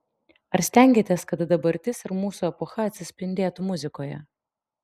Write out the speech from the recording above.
ar stengiatės kad dabartis ir mūsų epocha atsispindėtų muzikoje